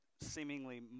seemingly